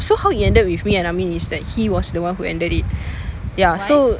so how it ended with me and amin is that he was the one who ended it ya so